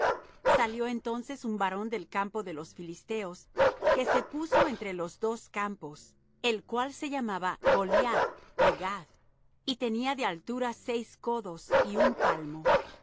salió entonces un varón del campo de los filisteos que se puso entre los dos campos el cual se llamaba goliath de gath y tenía de altura seis codos y un palmo y